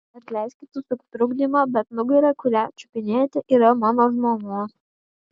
atleiskite už sutrukdymą bet nugara kurią čiupinėjate yra mano žmonos